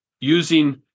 using